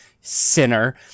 sinner